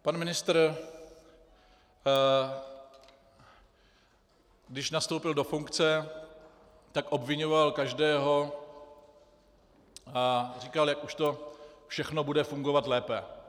Pan ministr, když nastoupil do funkce, tak obviňoval každého a říkal, jak už to všechno bude fungovat lépe.